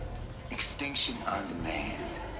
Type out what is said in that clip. extinction on demand.